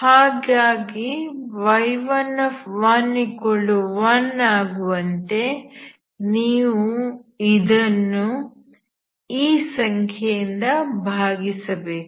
ಹಾಗಾಗಿ y1 1 ಆಗುವಂತೆ ನೀವು ಇದನ್ನು ಈ ಸಂಖ್ಯೆಯಿಂದ ಭಾಗಿಸಬೇಕು